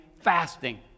fasting